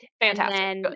Fantastic